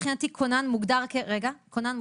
מבחינתי כונן מוגדר כחובש,